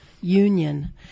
union